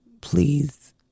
Please